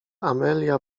amelia